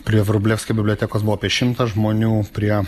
prie vrublevskių bibliotekos buvo apie šimtą žmonių prie